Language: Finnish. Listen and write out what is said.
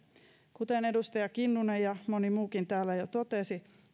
kuten edustaja kinnunen ja moni muukin täällä jo totesi